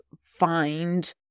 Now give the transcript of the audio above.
find